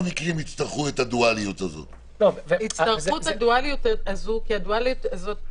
אכן מתקדמת במשהו לטעמנו אולי לא מספיק